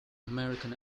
american